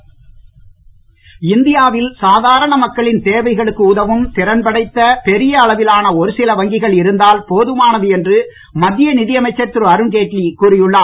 அருண் ஜெட்லி இந்தியாவில் சாதாரண மக்களின் தேவைகளுக்கு உதவும் திறன்படைத்த பெரிய அளவிலான ஒருசில வங்கிகள் இருந்தால் போதுமானது என்று மத்திய நிதியமைச்சர் திரு அருண் ஜெட்லி கூறி உள்ளார்